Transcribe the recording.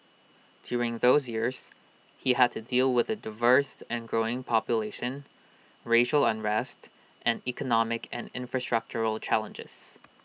during those years he had to deal with A diverse and growing population racial unrest and economic and infrastructural challenges